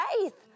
faith